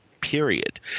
period